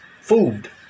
food